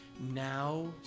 now